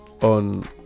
on